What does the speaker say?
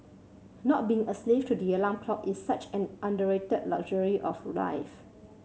not being a slave to the alarm clock is such an underrated luxury of life